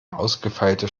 ausgefeilte